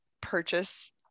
purchase